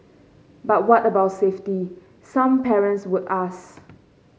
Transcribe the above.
but what about safety some parents would ask